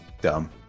Dumb